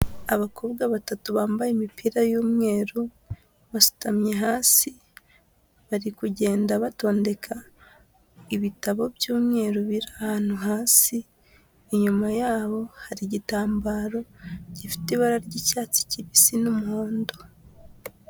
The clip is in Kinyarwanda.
Abakobwa batatu bambaye imipira y'umweru basutamye hasi, bari kugenda batondeka ibitabo by'umweru biri ahantu hasi, inyuma yabo hari igitambaro gifite ibara ry'icyatsi kibisi n'umuhondo.